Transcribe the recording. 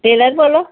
Taylor બોલો